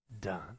done